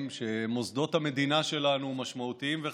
שמוסדות המדינה שלנו משמעותיים וחשובים,